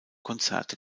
konzerte